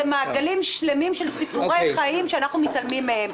זה מעגלים שלמים של סיפורי חיים שאנחנו מתעלמים מהם.